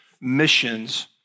Missions